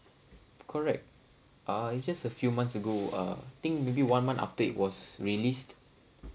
correct uh it's just a few months ago uh I think maybe one month after it was released